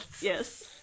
Yes